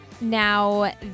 Now